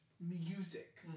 music